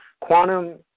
quantum